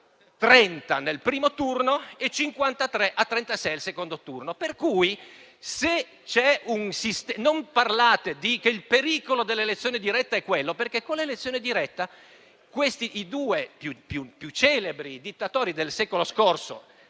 30 nel primo turno e 53 a 36 nel secondo turno. Non dite pertanto che il pericolo dell'elezione diretta è quello, perché mi sembra che con l'elezione diretta i due più celebri dittatori del secolo scorso